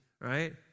right